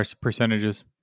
Percentages